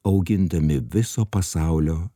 augindami viso pasaulio